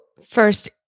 first